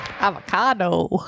avocado